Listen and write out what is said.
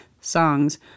songs